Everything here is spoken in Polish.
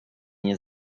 nie